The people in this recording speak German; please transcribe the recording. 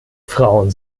frauen